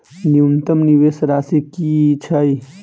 न्यूनतम निवेश राशि की छई?